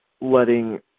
letting